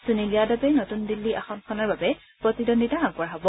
সুনীল যাদৱে নতুন দিল্লী আসনখনৰ বাবে প্ৰতিদ্বন্দ্বিতা আগবঢ়াব